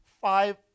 five